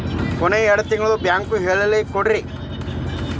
ಕೊನೆ ಎರಡು ತಿಂಗಳದು ಬ್ಯಾಂಕ್ ಹೇಳಕಿ ಕೊಡ್ರಿ